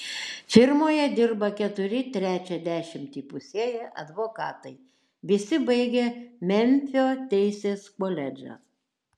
firmoje dirba keturi trečią dešimtį įpusėję advokatai visi baigę memfio teisės koledžą